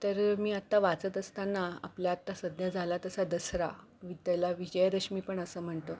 तर मी आत्ता वाचत असताना आपल्या आत्ता सध्या झाला तसा दसरा त्याला विजयादशमी पण असं म्हणतो